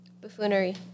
buffoonery